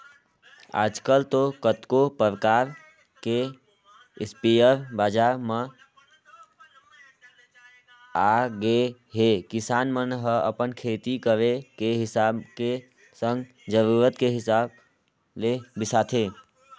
आजकल तो कतको परकार के इस्पेयर बजार म आगेहे किसान मन ह अपन खेती करे के हिसाब के संग जरुरत के हिसाब ले बिसाथे